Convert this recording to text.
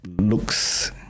looks